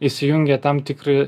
įsijungia tam tikri